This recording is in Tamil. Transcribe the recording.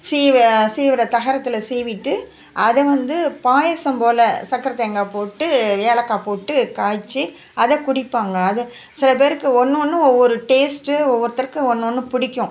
சீவ சீவுகிற தகரத்தில் சீவிவிட்டு அதை வந்து பாயசம் போல் சக்கரை தேங்காய் போட்டு ஏலக்காய் போட்டு காய்ச்சி அதை குடிப்பாங்க அது சில பேருக்கு ஒன்று ஒன்றும் ஒவ்வொரு டேஸ்ட்டு ஒவ்வொருத்தருக்கும் ஒன்று ஒன்று பிடிக்கும்